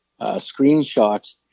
screenshot